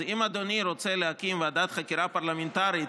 אז אם אדוני רוצה להקים ועדת חקירה פרלמנטרית